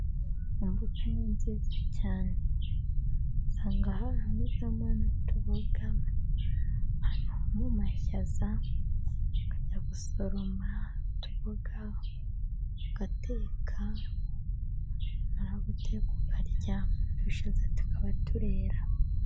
Imbuto ni nziza cyane, usanga haramezemo n'utuboga mu mashaza, ukajya gusoroma utuboga, ugateka, wamara guteka ukarya, udushaza tukaba turera.